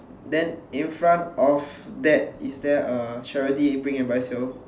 then in front of that is there a charity bring and buy sale